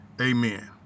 Amen